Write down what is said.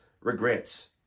regrets